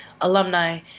alumni